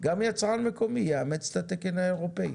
גם יצרן מקומי יאמץ את התקן האירופאי.